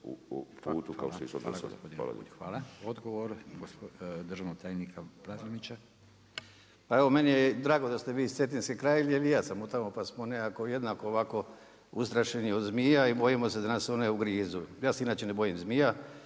Furio (Nezavisni)** Hvala gospodine Bulj. Odgovor državnog tajnika Plazonića. **Plazonić, Željko (HDZ)** Pa evo meni je drago da ste vi iz Cetinske krajine, jer i ja sam od tamo, pa smo nekako jednako ovako ustrašeno od zmija i bojimo se da nas one ugrizu. Ja se inače ne bojim zmija